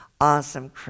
awesome